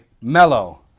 mellow